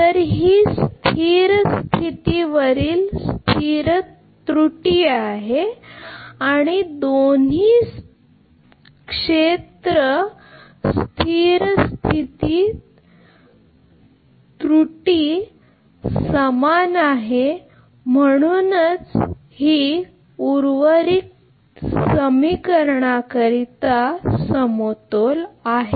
तर ही स्थिर स्थितीवरील स्थिर त्रुटी आहे आणि दोन्ही क्षेत्र स्थिर राज्य त्रुटी समान आहे म्हणूनच ही उर्वरित समीकरणाकरिता समतोल आहे